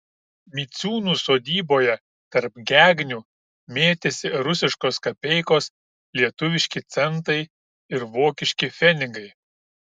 miciūnų sodyboje tarp gegnių mėtėsi rusiškos kapeikos lietuviški centai ir vokiški pfenigai